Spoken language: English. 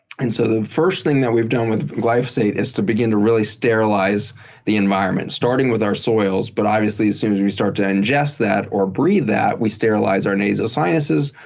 and so the first thing that we've done with glyphosate is begin to really sterilize the environment starting with our soils but obviously as soon as we start to ingest that or breath that, we sterilize our nasal sinuses,